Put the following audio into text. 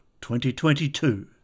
2022